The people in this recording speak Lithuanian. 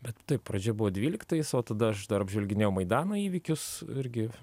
bet taip pradžia buvo dvyliktais o tada aš dar apžvalginėjau maidano įvykius irgi